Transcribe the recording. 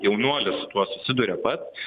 jaunuolis su tuo susiduria pats